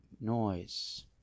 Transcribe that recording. noise